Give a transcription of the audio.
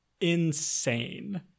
insane